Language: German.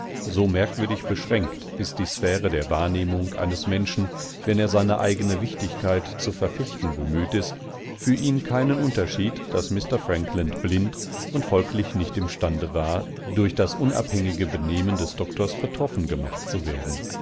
so merkwürdig beschränkt ist die sphäre der wahrnehmung eines menschen wennerseineeigenewichtigkeitzuverfechtenbemühtistfürihnkeinen unterschied daß mr frankland blind und folglich nicht im stande war durch das unabhängige benehmen des doktors betroffen gemacht zu werden